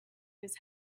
his